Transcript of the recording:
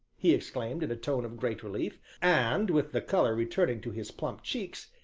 he exclaimed, in a tone of great relief, and with the color returning to his plump cheeks,